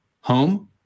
Home